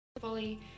fully